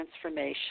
transformation